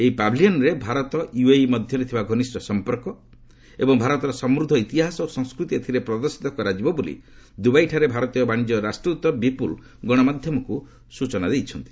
ଏହି ପାଭିଲିୟନ୍ରେ ଭାରତ ୟୁଏଇ ମଧ୍ୟରେ ଥିବା ଘନିଷ୍ଠ ସଂପର୍କ ଏବଂ ଭାରତର ସମୃଦ୍ଧ ଇତିହାସ ଓ ସଂସ୍କୃତି ଏଥିରେ ପ୍ରଦର୍ଶିତ କରାଯିବ ବୋଲି ଦୁବାଇଠାରେ ଭାରତୀୟ ବାଣିଜ୍ୟ ରାଷ୍ଟ୍ରଦୂତ ବିପୁଲ୍ ଗଣମାଧ୍ୟମକୁ ସୂଚନା ଦେଇଛନ୍ତି